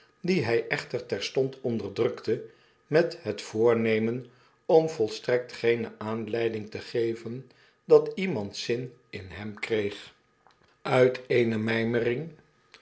dien hij echter terstond onderdrukte met het voornemen om volstrekt geene aanleiding te geven datiemand zin in hem kreeg uit eene